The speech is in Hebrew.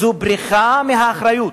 זו בריחה מהאחריות.